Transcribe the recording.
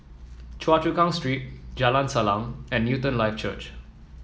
Choa Chu Kang Street Jalan Salang and Newton Life Church